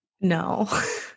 No